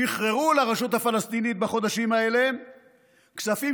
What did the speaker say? שחררו לרשות הפלסטינית בחודשים האלה כספים